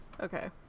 Okay